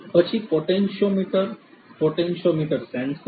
પછી potentiometer potentiometer sensors